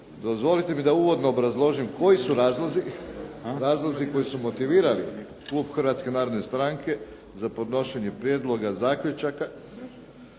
Dozvolite mi da uvodno obrazložim koji su razlozi koji su motivirali klub Hrvatske narodne stranke za podnošenje prijedloga zaključaka